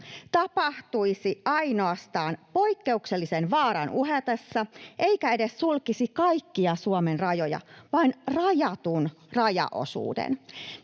tapahtuisi ainoastaan poikkeuksellisen vaaran uhatessa eikä edes sulkisi kaikkia Suomen rajoja, vaan vain rajatun rajaosuuden.